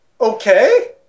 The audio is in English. Okay